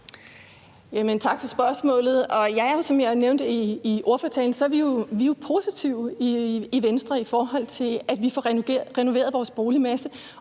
Tak for spørgsmålet. Ja, som jeg nævnte i ordførertalen, er vi jo positive i Venstre, i forhold til at vi får renoveret vores boligmasse.